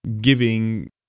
giving